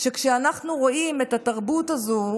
שכשאנחנו רואים את התרבות הזאת,